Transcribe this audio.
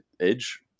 edge